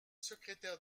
secrétaire